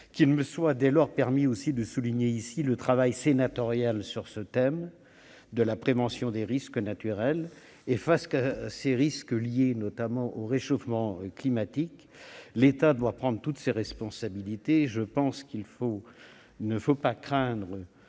Qu'il me soit dès lors permis de souligner ici le travail sénatorial sur le thème de la prévention des risques naturels. Face à ces risques et, notamment, à ceux qui sont liés au réchauffement climatique, l'État doit prendre toutes ses responsabilités. Il ne faut pas craindre